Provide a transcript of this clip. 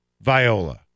Viola